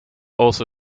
also